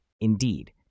Indeed